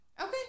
Okay